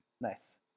Nice